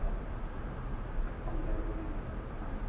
ꯍꯣꯏ ꯍꯣꯏ ꯊꯝꯖꯔꯒꯦ ꯃꯦꯗꯥꯝ ꯑꯥ